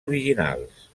originals